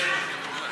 לא.